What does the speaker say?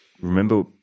remember